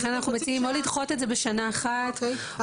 לכן אנחנו מציעים או לדחות את זה בשנה אחת או --- אז